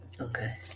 Okay